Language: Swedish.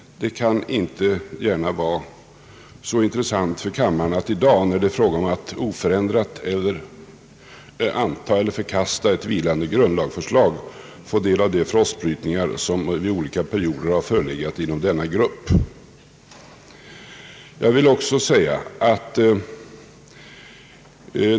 Det kan inte gärna vara så intressant för kammaren att i dag, när det är fråga om att oförändrat anta eller förkasta ett vilande grundlagsförslag, få del av de frossbrytningar som under olika perioder har förelegat inom denna grupp.